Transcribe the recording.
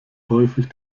häufig